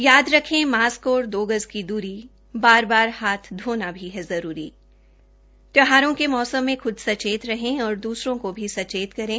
याद रखें मास्क और दो गज की दूरी बार बार हाथ धोना भी है जरूरी त्यौहारों के मौसम में ख्द सचेत रहे और द्सरों को भी सचेत करें